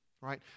right